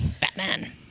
Batman